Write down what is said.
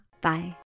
Bye